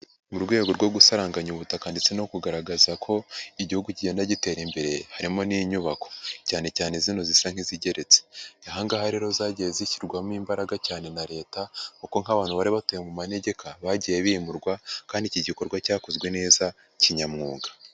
Mu rwego rwo gusaranganya ubutaka ndetse no kugaragaza ko igihugu kigenda gitera imbere harimo n'inyubako cyane cyane izina zisa nk'izigeretse. Ahangaha rero zagiye zishyirwamo imbaraga cyane na Leta kuko nk'abantu bari batuye mu manegeka bagiye bimurwa kandi iki gikorwa cyakozwe neza kinyamwuga.